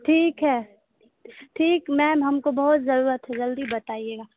ٹھیک ہے ٹھیک میم ہم کو بہت ضرورت ہے جلدی بتائیے گا